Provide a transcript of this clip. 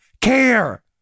care